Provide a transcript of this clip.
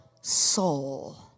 soul